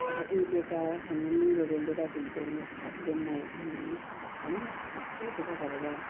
अब उहिले त हामी मुङ्ग्रोले लुगा धुन्थ्यौँ हातले मलथ्यौँ होइन कत्ति दुःख गरेर